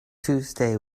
tuesday